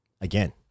again